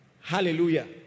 Hallelujah